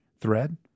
thread